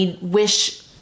wish